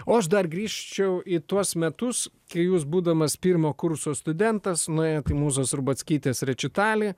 o aš dar grįžčiau į tuos metus kai jūs būdamas pirmo kurso studentas nuėjot į mūzos rubackytės rečitalį